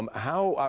um how,